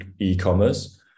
e-commerce